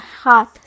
heart